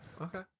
Okay